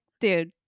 dude